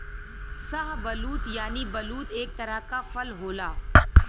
शाहबलूत यानि बलूत एक तरह क फल होला